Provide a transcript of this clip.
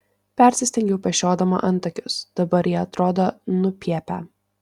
persistengiau pešiodama antakius dabar jie atrodo nupiepę